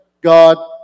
God